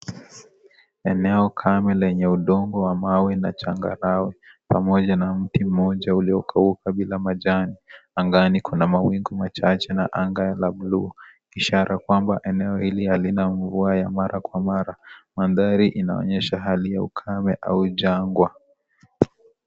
Eneo kame lenye udongo wa mawe na changarawe pamoja na mti mmoja uliokauka bila majani. Angani kuna mawingu machache na anga la blue ,ishara kwamba eneo hili halina mvua ya mara kwa mara. Mandhari inaonyesha hali ya ukame ama jangwa.